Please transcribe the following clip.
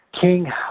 King